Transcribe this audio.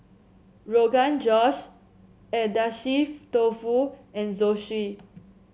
Rogan Josh Agedashi Dofu and Zosui